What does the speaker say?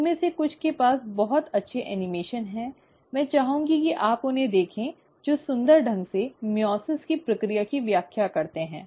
उनमें से कुछ के पास बहुत अच्छे एनिमेशन हैं मैं चाहूंगा कि आप उन्हें देखें जो सुंदर ढंग से मइओसिस की प्रक्रिया की व्याख्या करते हैं